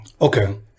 okay